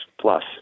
plus